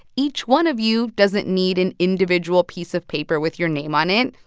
each one of you doesn't need an individual piece of paper with your name on it.